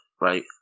right